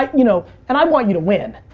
you know, and i want you to win,